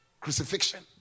crucifixion